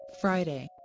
Friday